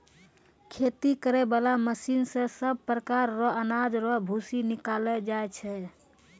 खेती करै बाला मशीन से सभ प्रकार रो अनाज रो भूसी निकालो जाय छै